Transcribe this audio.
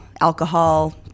alcohol